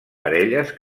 parelles